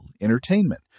entertainment